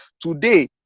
today